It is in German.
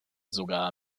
sogar